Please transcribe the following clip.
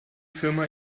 firma